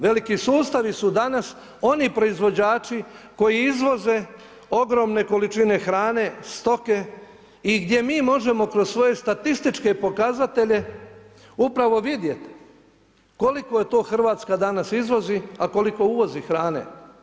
Veliki sustavi su danas oni proizvođači koji izvoze ogromne količine hrane, stoke i gdje mi možemo kroz svoje statističke pokazatelje upravo vidjeti koliko to Hrvatska danas izvozi a koliko uvozi hrane.